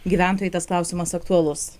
gyventojai tas klausimas aktualus